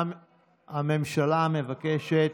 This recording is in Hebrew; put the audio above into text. הודעת ראש הממשלה נתקבלה.